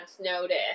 notice